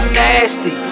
nasty